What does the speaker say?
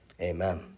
Amen